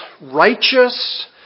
righteous